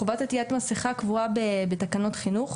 חובת עטית מסכה קבועה בתקנות חינוך